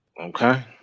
Okay